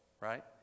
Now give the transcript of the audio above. right